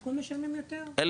בשיכון משלמים יותר.